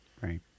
Right